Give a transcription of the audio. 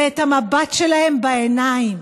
זה את המבט שלהם בעיניים.